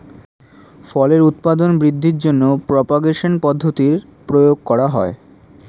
ফলের উৎপাদন বৃদ্ধির জন্য প্রপাগেশন পদ্ধতির প্রয়োগ করা হয়